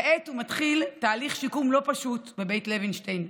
כעת הוא מתחיל בתהליך שיקום לא פשוט בבית לוינשטיין.